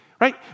right